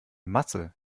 masse